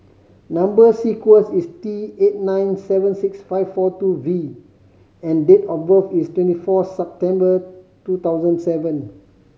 number sequence is T eight nine seven six five four two V and date of birth is twenty four September two thousand seven